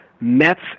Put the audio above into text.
Mets